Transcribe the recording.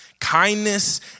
Kindness